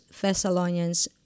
Thessalonians